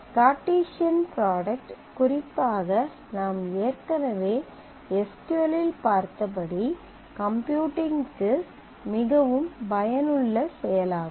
Cartesian product குறிப்பாக நாம் ஏற்கனவே எஸ் க்யூ எல் இல் பார்த்தபடி கம்ப்யூட்டிங்கிற்கு மிகவும் பயனுள்ள செயலாகும்